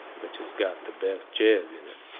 which has got the best chairs in it.